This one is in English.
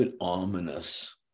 ominous